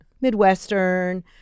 midwestern